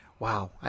Wow